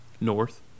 north